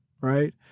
Right